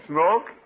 Smoke